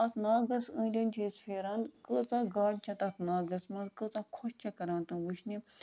اَتھ ناگَس أنٛدۍ أنٛدۍ چھِ أسۍ پھیران کۭژاہ گاڈٕ چھےٚ تَتھ ناگَس منٛز کۭژاہ خوش چھےٚ کَران تِم وٕچھنہِ